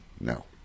No